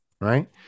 right